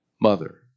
mother